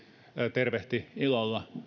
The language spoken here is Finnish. tervehti ilolla